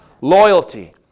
loyalty